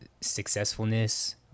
successfulness